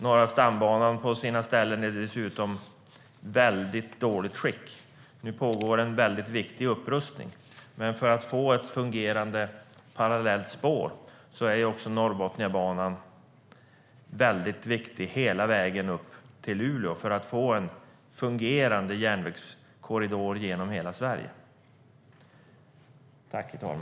Den är dessutom på sina ställen i mycket dåligt skick. Nu pågår en viktig upprustning, men för att få ett fungerande parallellt spår är Norrbotniabanan viktig hela vägen upp till Luleå för att man ska få en fungerande järnvägskorridor genom hela Sverige.